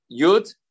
Yud